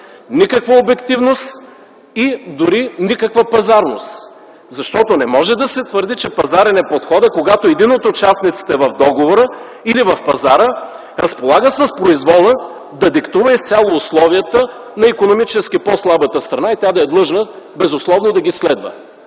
никаква обективност и дори никаква пазарност, защото не може да се твърди, че пазарен е подходът, когато един от участниците в договора или в пазара разполага с произвола да диктува изцяло условията на икономически по-слабата страна и тя да е длъжна безусловно да ги следва.